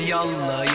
Yalla